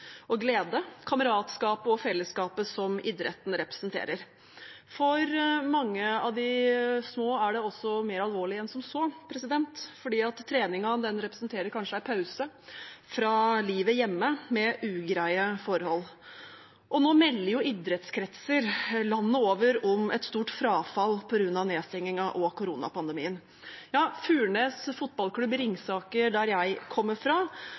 og fellesskapet som idretten representerer. For mange av de små er det også mer alvorlig enn som så, for treningen representerer kanskje en pause fra livet hjemme med ugreie forhold. Nå melder idrettskretser landet over om et stort frafall på grunn av nedstengingen og koronapandemien. Furnes fotballklubb i Ringsaker, der jeg kommer fra,